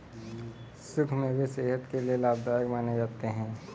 सुखे मेवे सेहत के लिये लाभदायक माने जाते है